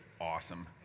awesome